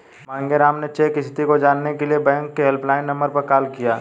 मांगेराम ने चेक स्थिति को जानने के लिए बैंक के हेल्पलाइन नंबर पर कॉल किया